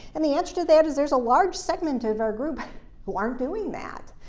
and the answer to that is there's a large segment of our group who aren't doing that.